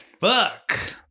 fuck